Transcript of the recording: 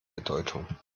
bedeutung